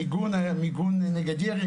מיגון נגד ירי,